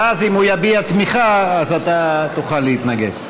ואם הוא יביע תמיכה אז אתה תוכל להתנגד.